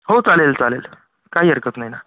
हो चालेल चालेल काही हरकत नाही ना